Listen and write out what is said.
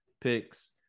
picks